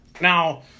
now